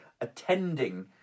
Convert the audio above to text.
attending